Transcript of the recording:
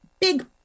big